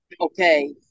Okay